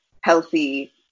healthy